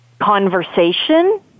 Conversation